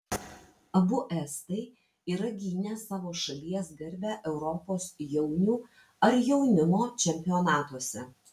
abu estai yra gynę savo šalies garbę europos jaunių ar jaunimo čempionatuose